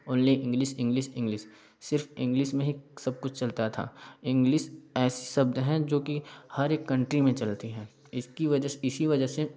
only English English English सिर्फ English में ही सब कुछ चलता था इंग्लिस ऐसी शब्द है जो कि हर एक कंट्री में चलती है इसकी वजह से इसी वजह से